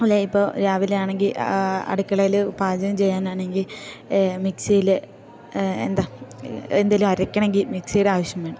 ലെ ഇപ്പോൾ രാവിലെ ആണെങ്കിൽ അടുക്കളയിൽ പാചകം ചെയ്യാനാണെങ്കിൽ മിക്സിയിൽ എന്താ എന്തെങ്കിലും അരക്കണമെങ്കിൽ മിക്സിയുടെ ആവശ്യം വേണം